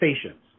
stations